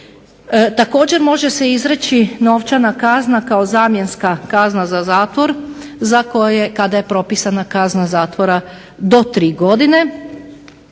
Također može se izreći novčana kazna kao zamjenska kazna za zatvor, za kada je propisana kazna zatvora do 3 godine,